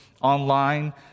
online